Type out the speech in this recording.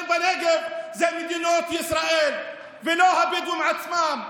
בנגב זה מדינת ישראל ולא הבדואים עצמם.